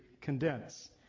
condense